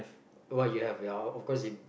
what you have ya of course it